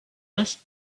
less